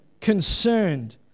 concerned